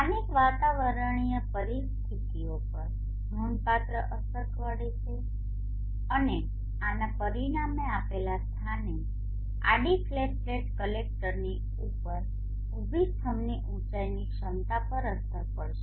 સ્થાનિક વાતાવરણીય પરિસ્થિતિઓ પર નોંધપાત્ર અસર પડે છે અને આના પરિણામે આપેલા સ્થાને આડી ફ્લેટ પ્લેટ કલેક્ટરની ઉપર ઉભી સ્તંભની ઉંચાઇની ક્ષમતા પર અસર પડશે